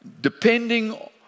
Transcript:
Depending